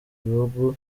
bihugu